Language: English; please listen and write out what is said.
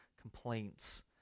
complaints